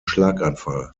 schlaganfall